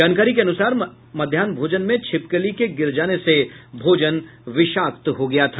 जानकारी के अनुसार अध्याहन भोजन में छिपकली के गिर जाने से भोजन विषाक्त हो गया था